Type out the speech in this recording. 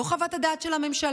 לא את חוות הדעת של הממשלה,